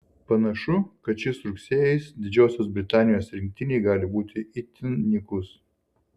panašu kad šis rugsėjis didžiosios britanijos rinktinei gali būti itin nykus